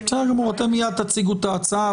אתם מיד תציגו את ההצעה.